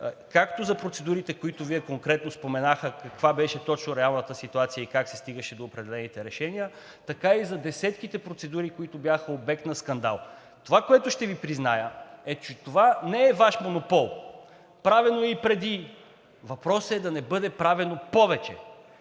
както за процедурите, които Вие конкретно споменахте, каква беше точно реалната ситуация и как се стигаше до определените решения, така и за десетките процедури, които бяха обект на скандал. Това, което ще Ви призная, е, че това не е Ваш монопол, правено е и преди. Въпросът е да не бъде правено повече.